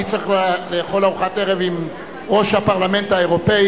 אני צריך לאכול ארוחת ערב עם ראש הפרלמנט האירופי